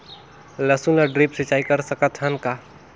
लसुन ल ड्रिप सिंचाई कर सकत हन का?